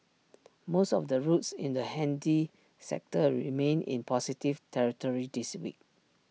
most of the routes in the handy sector remained in positive territory this week